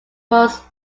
was